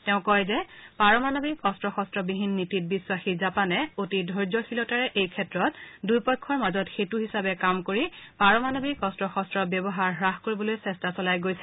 তেওঁ কয় যে পাৰমাণৱিক অস্ত্ৰ শস্ত্ৰবিহীন নীতিত বিশ্বাসী জাপানে অতি ধৈৰ্যশীলতাৰে এইক্ষেত্ৰত দুয়োপক্ষৰ মাজত সেতু হিচাপে কাম কৰি পাৰমাণৱিক অস্ত্ৰ শস্ত্ৰৰ ব্যৱহাৰ হ্ৰাস কৰিবলৈ চেষ্টা চলাই গৈছে